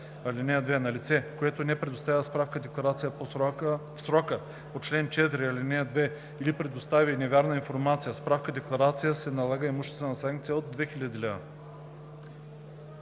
лв. (2) На лице, което не представи справка-декларация в срока по чл. 4, ал. 2 или предостави невярна информация в справка декларацията, се налага имуществена санкция от 2000 лв.“